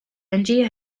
tangier